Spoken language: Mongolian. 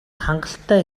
хангалттай